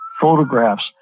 photographs